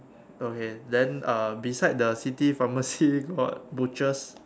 okay then uh beside the city pharmacy got butchers